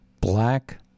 black